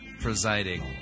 Presiding